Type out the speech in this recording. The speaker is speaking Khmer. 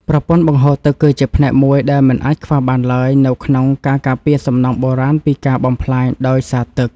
ប្រព័ន្ធបង្ហូរទឹក គឺជាផ្នែកមួយដែលមិនអាចខ្វះបានឡើយនៅក្នុងការការពារសំណង់បុរាណពីការបំផ្លាញដោយសារទឹក។